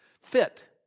fit